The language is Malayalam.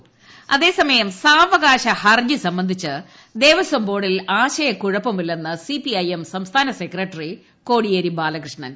ശബരിമല കോടിയേരി അതേസമയം സാവകാശ ഹർജി സംബന്ധിച്ച് ദേവസ്വംബോർഡിൽ ആശയക്കുഴപ്പമില്ലെന്ന് സി പി ഐ എം സംസ്ഥാന സെക്രട്ടറി കോടിയേരി ബാലകൃഷ്ണൻ